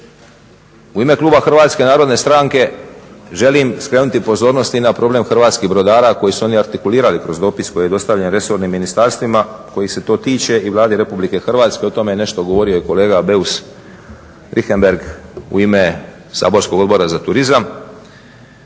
u ime kluba HNS-a želim skrenuti pozornost i na problem hrvatskih brodara koji su oni artikulirali kroz dopis koji je dostavljen resornim ministarstvima, kojih se to tiče i Vladi Republike Hrvatske, o tome nešto govori i kolega Beus Richembergh u ime saborskog Odbora za turizam.